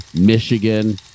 Michigan